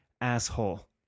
asshole